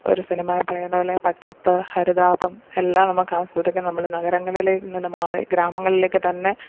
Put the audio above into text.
ഒരു സിനിമയിൽ പറയുന്ന പോലെ പച്ചപ്പ് ഹരിതാഭം എല്ലാം നമുക്കാസ്വദിക്കണെ നമ്മൾ നഗരങ്ങളിൽ നിന്നു മാറി ഗ്രാമങ്ങളിലേയ്ക്കു തന്നെ